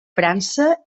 frança